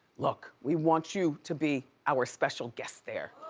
look, we want you to be our special guest there.